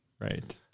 right